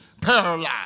paralyzed